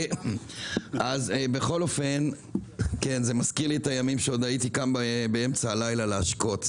זה מזכיר לי את הימים שהייתי קם באמצע הלילה להשקות,